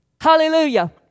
Hallelujah